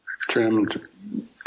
trimmed